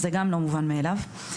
זה לא מובן מאליו.